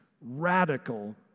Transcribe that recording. radical